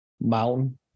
Mountain